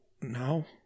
No